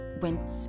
went